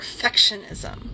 perfectionism